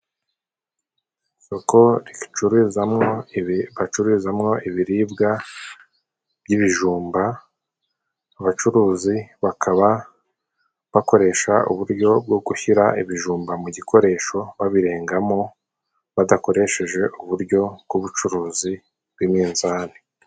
Isoko bacururizamwo ibiribwa by'ibijumba, abacuruzi bakaba bakoresha uburyo bwo gushyira ibijumba mu gikoresho babirengamo, badakoresheje uburyo bw'ubucuruzi bw'iminzani.